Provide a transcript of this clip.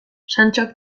santxok